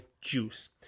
juice